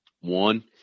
One